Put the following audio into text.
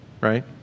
right